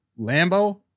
Lambo